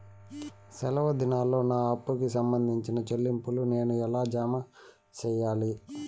సెలవు దినాల్లో నా అప్పుకి సంబంధించిన చెల్లింపులు నేను ఎలా జామ సెయ్యాలి?